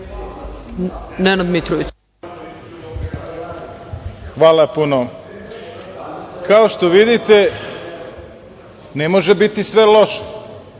**Nenad Mitrović** Hvala puno. Kao što vidite, ne može biti sve loše.